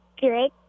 Good